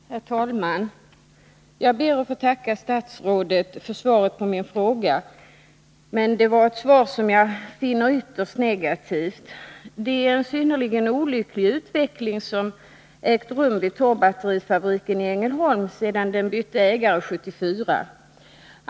Herr talman! Jag ber att få tacka statsrådet för svaret på min fråga. Men det var ett svar som jag finner ytterst negativt. Det är en synnerligen olycklig utveckling som ägt rum vid Torrbatterifabriken i Ängelholm sedan den bytte ägare 1974.